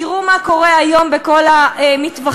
תראו מה קורה היום בכל המטווחים.